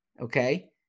Okay